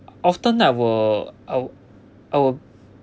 often I will I'll I will